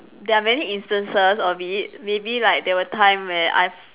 there are many instances of it maybe like there were time where I